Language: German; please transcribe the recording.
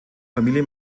familie